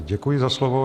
Děkuji za slovo.